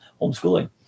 homeschooling